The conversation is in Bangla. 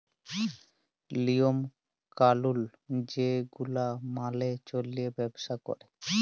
লিওম কালুল যে গুলা মালে চল্যে ব্যবসা ক্যরে